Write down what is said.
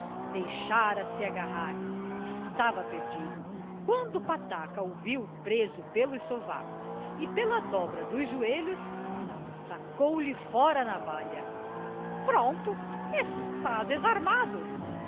deixara-se agarrar estava perdido quando o pataca o viu preso pelos sovacos e pela dobra dos joelhos sacou lhe fora a navalha pronto está desarmado